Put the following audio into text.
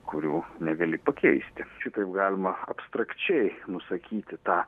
kurių negali pakeisti šitaip galima abstrakčiai nusakyti tą